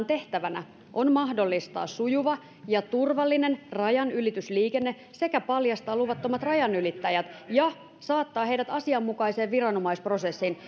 tehtävänä on mahdollistaa sujuva ja turvallinen rajanylitysliikenne sekä paljastaa luvattomat rajanylittäjät ja saattaa heidät asianmukaiseen viranomaisprosessiin